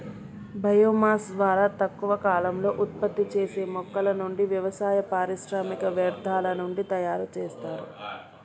bio mass ద్వారా తక్కువ కాలంలో ఉత్పత్తి చేసే మొక్కల నుండి, వ్యవసాయ, పారిశ్రామిక వ్యర్థాల నుండి తయరు చేస్తారు